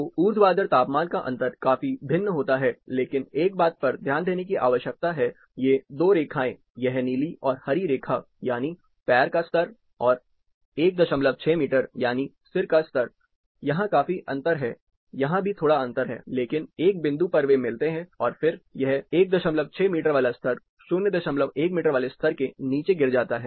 तो ऊर्ध्वाधर तापमान का अंतर काफी भिन्न होता है लेकिन एक बात पर ध्यान देने की आवश्यकता है ये 2 रेखाएं यह नीली और हरी रेखा यानी पैर का स्तर और 16 मीटर यानी सिर का स्तर यहां काफी अंतर है यहां भी थोड़ा अंतर है लेकिन एक बिंदु पर वे मिलते हैं और फिर यह 16 मीटर वाला स्तर 01 मीटर वाले स्तर के नीचे गिर जाता है